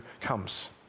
comes